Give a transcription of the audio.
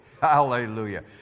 Hallelujah